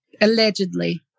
Allegedly